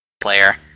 player